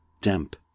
damp